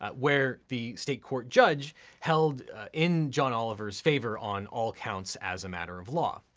ah where the state court judge held in john oliver's favor on all counts as a matter of law.